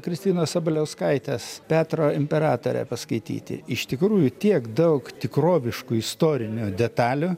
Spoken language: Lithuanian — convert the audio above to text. kristinos sabaliauskaitės petro imperatorę paskaityti iš tikrųjų tiek daug tikroviškų istorinių detalių